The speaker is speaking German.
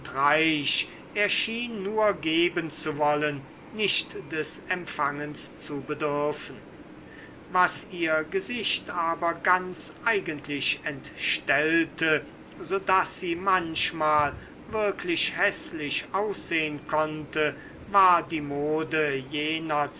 reich er schien nur geben zu wollen nicht des empfangens zu bedürfen was ihr gesicht aber ganz eigentlich entstellte so daß sie manchmal wirklich häßlich aussehen konnte war die mode jener